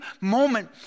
moment